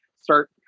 start